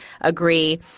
agree